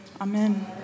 Amen